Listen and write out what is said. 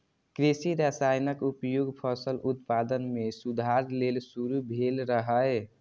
कृषि रसायनक उपयोग फसल उत्पादन मे सुधार लेल शुरू भेल रहै